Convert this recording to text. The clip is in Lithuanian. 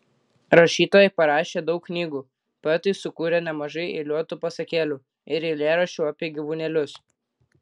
rašytojai parašė daug knygų poetai sukūrė nemažai eiliuotų pasakėlių ir eilėraščių apie gyvūnėlius